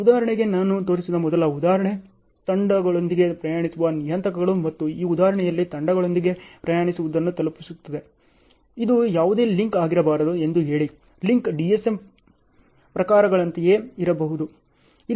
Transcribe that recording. ಉದಾಹರಣೆಗೆ ನಾನು ತೋರಿಸಿದ ಮೊದಲ ಉದಾಹರಣೆ ತಂಡಗಳೊಂದಿಗೆ ಪ್ರಯಾಣಿಸುವ ನಿಯತಾಂಕಗಳು ಮತ್ತು ಈ ಉದಾಹರಣೆಯಲ್ಲಿ ತಂಡಗಳೊಂದಿಗೆ ಪ್ರಯಾಣಿಸುವುದನ್ನು ತಲುಪಿಸುತ್ತದೆ ಇದು ಯಾವುದೇ ಲಿಂಕ್ ಆಗಿರಬಹುದು ಎಂದು ಹೇಳಿ ಲಿಂಕ್ DSM ಪ್ರಕಾರಗಳಂತೆಯೇ ಇರಬಹುದು